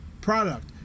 product